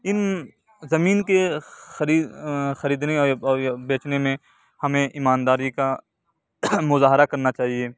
ان زمین کے خریدنے اور یہ اور یہ بیچنے میں ہمیں ایمانداری کا مظاہرہ کرنا چاہیے